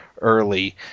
early